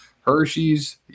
Hershey's